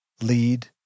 Lead